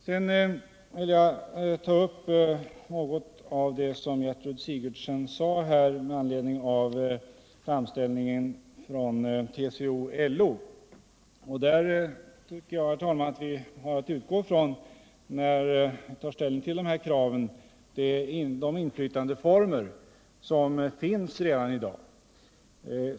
Sedan vill jag ta upp något av det som Gertrud Sigurdsen sade med anledning av framställningen från TCO och LO. Jag tycker, herr talman, att vi när vi skall ta ställning till de här kraven har att utgå från de inflytandeformer som redan finns i dag.